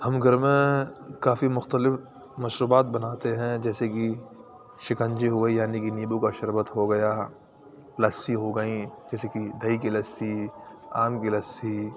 ہم گھر میں کافی مختلف مشروبات بناتے ہیں جیسے کہ شکنجی ہو گئی یعنی کے نیمبوں کا شربت ہو گیا لسی ہو گئیں جیسے کہ دہی کی لسی آم کی لسی